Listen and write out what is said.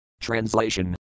Translation